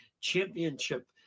Championship